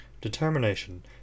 Determination